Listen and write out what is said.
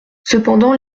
cependant